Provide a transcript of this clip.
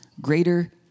greater